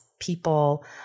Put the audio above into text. people